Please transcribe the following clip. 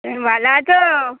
তুমি ভাল আছো